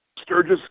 Sturgis